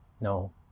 No